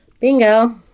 Bingo